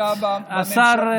השר,